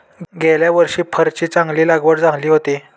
गेल्या वर्षी फरची चांगली लागवड झाली होती